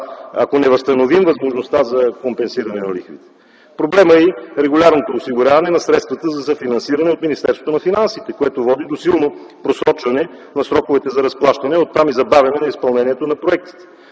ако не възстановим възможността за компенсиране на лихвите. Проблем е и регулярното осигуряване на средствата за съфинансиране от Министерството на финансите, което води до силно просрочване на сроковете за разплащане, а оттам и забавяне на изпълнението на проектите.